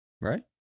Right